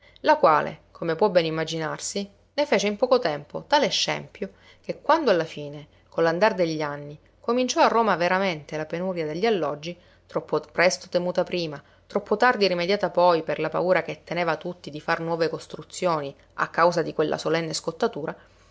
la quale come può bene immaginarsi ne fece in poco tempo tale scempio che quando alla fine con l'andar degli anni cominciò a roma veramente la penuria degli alloggi troppo presto temuta prima troppo tardi rimediata poi per la paura che teneva tutti di far nuove costruzioni a causa di quella solenne scottatura